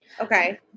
Okay